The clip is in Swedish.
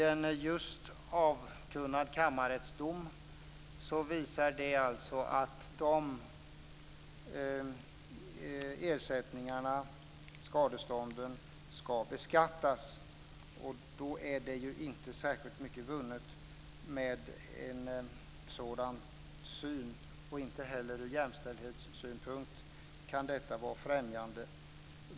En just avkunnad kammarrättsdom visar att dessa skadestånd ska beskattas. Då är det inte särskilt mycket vunnet. Det kan inte heller vara främjande ur jämställdhetssynpunkt.